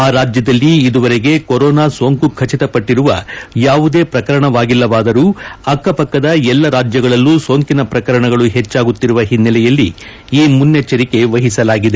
ಆ ರಾಜ್ಲದಲ್ಲಿ ಇದುವರೆಗೆ ಕೊರೋನಾ ಸೋಂಕು ಖಚಿತಪಟ್ಟಿರುವ ಯಾವುದೇ ಶ್ರಕರಣವಾಗಿಲ್ಲವಾದರೂ ಅಕ್ಷಪಕ್ಕದ ಎಲ್ಲ ರಾಜ್ಯಗಳಲ್ಲೂ ಸೋಂಕಿನ ಶ್ರಕರಣಗಳು ಹೆಚ್ಲಾಗುತ್ತಿರುವ ಹಿನ್ನೆಲೆಯಲ್ಲಿ ಈ ಮುನ್ನೆಚ್ಚರಿಕೆವಹಿಸಲಾಗಿದೆ